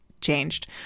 changed